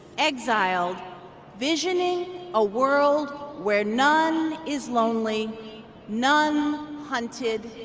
exiled visioning a world where none is lonely none hunted,